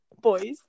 boys